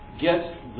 get